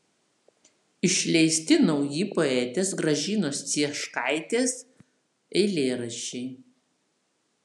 išleisti nauji poetės gražinos cieškaitės eilėraščiai